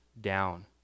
down